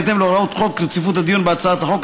בהתאם להוראות חוק רציפות הדיון בהצעות חוק,